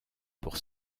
pour